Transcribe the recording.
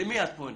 למי את פונה?